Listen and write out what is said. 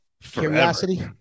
Curiosity